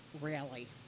rally